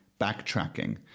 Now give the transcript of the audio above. backtracking